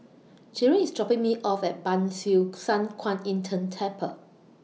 Jaron IS dropping Me off At Ban Siew San Kuan Im Tng Temple